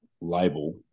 label